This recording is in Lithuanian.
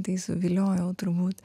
tai suviliojau turbūt